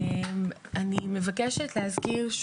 אני מבקשת להזכיר,